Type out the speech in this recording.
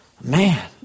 Man